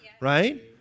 Right